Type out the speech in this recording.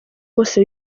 bose